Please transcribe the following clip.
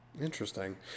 Interesting